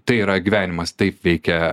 tai yra gyvenimas taip veikia